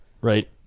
right